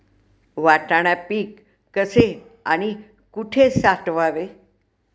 वाटाणा पीक कसे आणि कुठे साठवावे?